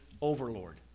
Overlord